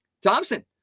Thompson